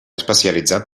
especialitzat